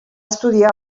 estudiar